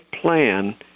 plan